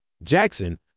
jackson